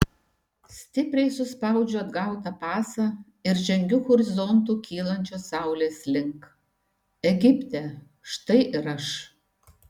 stipriai suspaudžiu atgautą pasą ir žengiu horizontu kylančios saulės link egipte štai ir aš